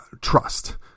trust